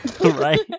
Right